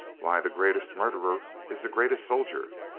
why, the greatest murderer is the greatest sol dier.